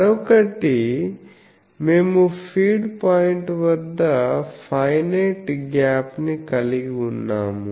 మరొకటి మేము feed point వద్ద ఫైనైట్ గ్యాప్ ని కలిగి ఉన్నాము